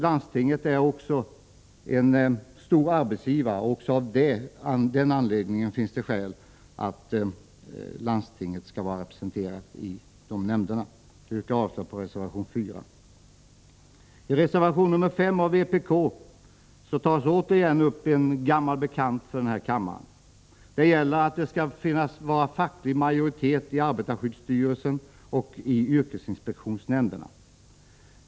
Landstingen är också stora arbetsgivare, och även av den anledningen finns det skäl att landstingen skall vara representerade i nämnderna. Jag yrkar avslag på reservation 4. I reservation 5 av vpk tas återigen upp en gammal bekant fråga för kammaren. Det gäller att det skall vara facklig majoritet i arbetarskyddsstyrelsen och i yrkesinspektionsnämnderna.